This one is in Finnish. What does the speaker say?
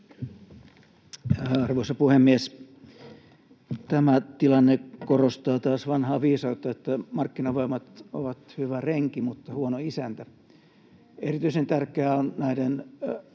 Arvoisa puhemies! Tämä tilanne korostaa taas vanhaa viisautta, että markkinavoimat ovat hyvä renki mutta huono isäntä. Erityisen tärkeää on näiden